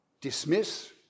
dismiss